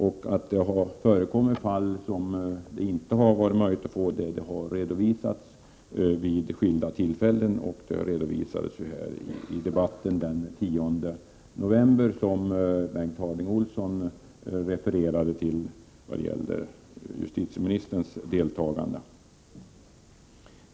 Det har vid skilda tillfällen redovisats fall där det inte har varit möjligt att få ersättning, t.ex. i debatten här i kammaren den 10 november, som Bengt Harding Olson refererade till beträffande justitieministerns deltagande.